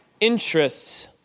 interests